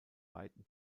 weiten